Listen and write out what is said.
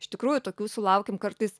iš tikrųjų tokių sulaukiam kartais